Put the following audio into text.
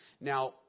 Now